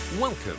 Welcome